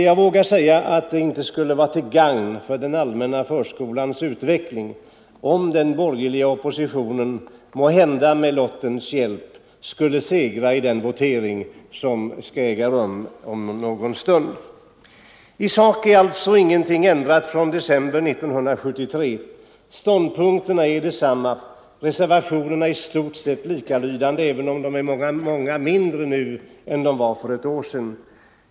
Jag vågar säga att det inte kan vara till gagn för den allmänna förskolans utveckling om den borgerliga oppositionen, måhända med lottens hjälp, skulle segra i den votering som skall äga rum om någon stund. I sak är alltså ingenting ändrat från december 1973; ståndpunkterna är desamma och reservationerna i stort sett likalydande, även om antalet Nr 129 reservationer i år är betydligt mindre än för ett år sedan.